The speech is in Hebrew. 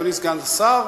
אדוני סגן השר,